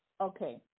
okay